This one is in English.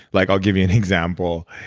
like i'll give you an example.